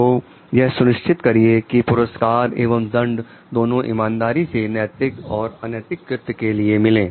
तो यह सुनिश्चित करिए की पुरस्कार एवं दंड दोनों इमानदारी से नैतिक और अनैतिक कृत्य के लिए मिले